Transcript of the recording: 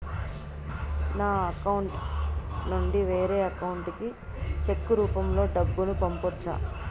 నా అకౌంట్ నుండి వేరే అకౌంట్ కి చెక్కు రూపం లో డబ్బును పంపొచ్చా?